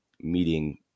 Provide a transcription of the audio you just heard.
Meeting